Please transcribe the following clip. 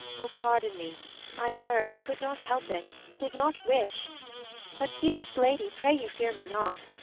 o pardon me i heard, i could not help it, did not wish but, dearest lady, pray you fear me not,